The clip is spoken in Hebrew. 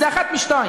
זו אחת משתיים,